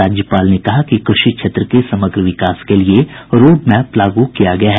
राज्यपाल ने कहा कि कृषि क्षेत्र के समग्र विकास के लिए रोडमैप लागू किया गया है